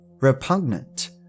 repugnant